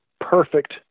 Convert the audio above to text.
perfect